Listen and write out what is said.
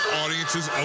audiences